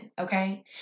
Okay